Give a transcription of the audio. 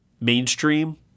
mainstream